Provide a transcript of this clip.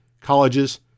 colleges